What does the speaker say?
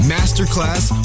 Masterclass